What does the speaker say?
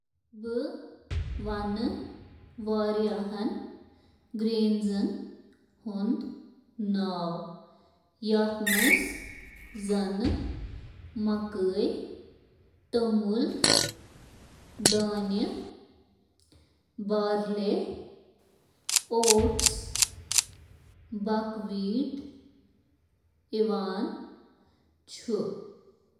کھٮ۪نہٕ خٲطرٕ چھِ اناجٕک ساروِی کھۄتہٕ مشہوٗر قٕسم کٕنٕک۔ توٚمُل۔ توٚمُل چُھ دُنیاہس منٛز سارِوٕے کھۄتہٕ زیادٕ بٔڑِس پیمانس پیٚٹھ کھیٚنہٕ یِنہٕ وول... کارن۔ کارن، یتھ مَکٲے تہِ ونان چھِ، چُھ سارِوٕے کھۄتہٕ موٚدُر چکھنہٕ وول اناجو منٛزٕ اکھ۔ Oats. Barley. Rye. Buckwheat. Bulgur. تْہ باقی